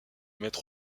mettre